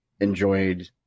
enjoyed